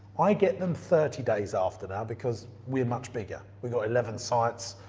i get them thirty days after now, because we're much bigger. we've got eleven sites,